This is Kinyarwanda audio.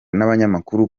n’abanyamakuru